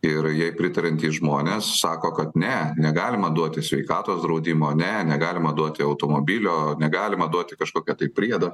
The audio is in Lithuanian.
ir jai pritariantys žmonės sako kad ne negalima duoti sveikatos draudimo ne negalima duoti automobilio negalima duoti kažkokią tai priedą